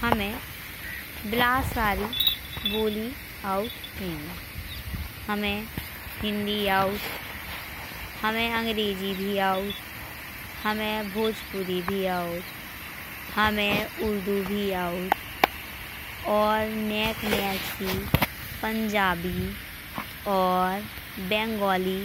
हमे बिलतसारी बोली आउथ हैंगी। हमे हिन्दी आउथ हमे अंगरेजी भी आउथ। हमे भोजपुरी भी आउथ हमे उर्दू भी आउथ। और नेक नेक सी पंजाबी और बांग्ला